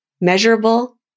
measurable